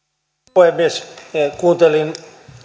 puhemies kuuntelin